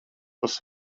tas